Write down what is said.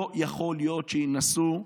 לא יכול להיות שינסו,